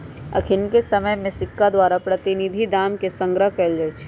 अखनिके समय में सिक्का द्वारा प्रतिनिधि दाम के संग्रह कएल जाइ छइ